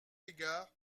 égard